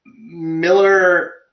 Miller –